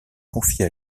confie